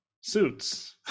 suits